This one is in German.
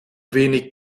wenig